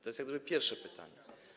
To jest jak gdyby pierwsze pytanie.